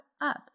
up